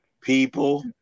People